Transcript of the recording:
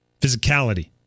physicality